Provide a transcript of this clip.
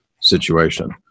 situation